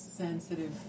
Sensitive